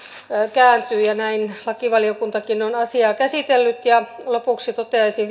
kääntyy ja näin lakivaliokuntakin on asiaa käsitellyt lopuksi toteaisin